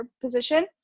position